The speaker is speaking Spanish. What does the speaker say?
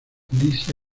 lisa